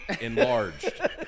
Enlarged